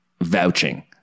vouching